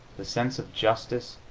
the sense of justice,